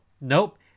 Nope